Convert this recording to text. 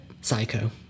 psycho